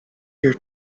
your